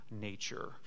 nature